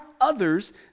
others